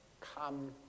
come